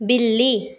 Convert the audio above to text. बिल्ली